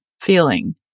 feeling